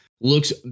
looks